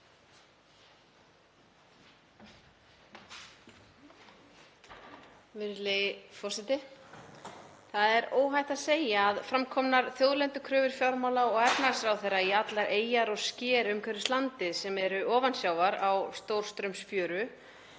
Það er óhætt að segja að framkomnar þjóðlendukröfur fjármála- og efnahagsráðherra í allar eyjar og sker umhverfis landið sem eru ofan sjávar á stórstraumsfjöru